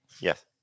Yes